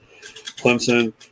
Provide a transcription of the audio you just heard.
Clemson